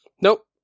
Nope